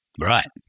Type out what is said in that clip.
Right